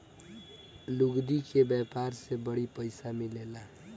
लुगदी के व्यापार से बड़ी पइसा मिलेला